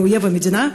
לאויב המדינה,